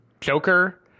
joker